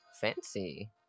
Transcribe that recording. Fancy